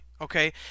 Okay